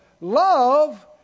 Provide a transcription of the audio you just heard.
Love